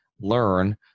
learn